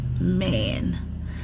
man